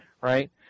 right